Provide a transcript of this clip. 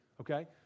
okay